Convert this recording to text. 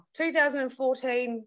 2014